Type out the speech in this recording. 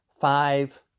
five